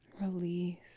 release